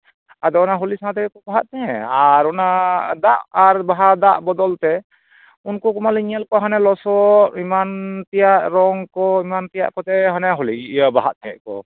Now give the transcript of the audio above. ᱟᱫᱚ ᱚᱱᱟ ᱦᱳᱞᱤ ᱥᱟᱶ ᱛᱮᱜᱮ ᱠᱚ ᱵᱟᱦᱟᱜ ᱛᱟᱦᱮᱸᱫ ᱟᱨ ᱫᱟᱜ ᱟᱨ ᱵᱟᱦᱟ ᱫᱟᱜ ᱵᱚᱫᱚᱞ ᱛᱮ ᱩᱱᱠᱩ ᱠᱚᱢᱟᱞᱤᱧ ᱧᱮᱞ ᱠᱚ ᱦᱟᱱᱮ ᱞᱚᱥᱚᱫ ᱮᱢᱟᱱ ᱛᱮᱭᱟᱜ ᱨᱚᱝ ᱠᱚ ᱮᱢᱟᱱ ᱛᱮᱭᱟᱜ ᱠᱚᱛᱮ ᱦᱟᱱᱮ ᱦᱳᱞᱤ ᱤᱭᱟᱹ ᱵᱟᱦᱟᱜ ᱛᱟᱦᱮᱸᱫ ᱠᱚ